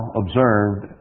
observed